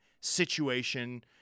situation